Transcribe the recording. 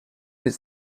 his